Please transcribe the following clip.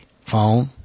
phone